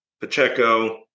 Pacheco